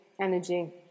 energy